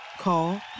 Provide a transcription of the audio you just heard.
Call